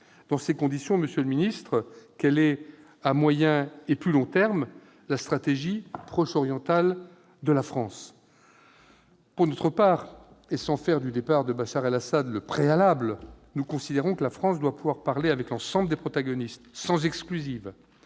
Dans ces conditions, monsieur le ministre, quelle est, à moyen et à plus long terme, la stratégie proche-orientale de la France ? Pour notre part, et sans faire du départ de Bachar al-Assad le préalable, nous considérons que la France doit pouvoir parler avec l'ensemble des protagonistes, sans exclusive.